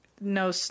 no